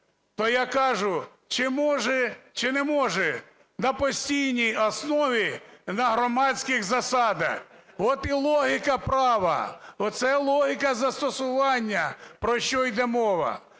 То я кажу: чи може, чи не може на постійній основі на громадських засадах? От і логіка права. Оце логіка застосування, про що йде мова.